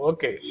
Okay